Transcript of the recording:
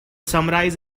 summarize